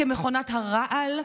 כמכונת הרעל,